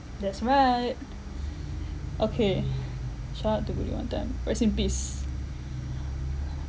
that's right okay shout out to guli one time rest in peace